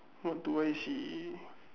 what do I see